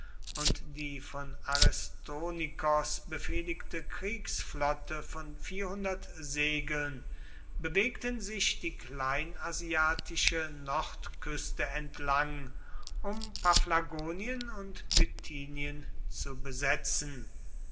und die von aristonikos befehligte kriegsflotte von segeln bewegten sich die kleinasiatische nordküste entlang um paphlagonien und bithymen zu besetzen